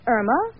Irma